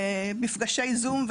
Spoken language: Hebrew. מפגשי זום,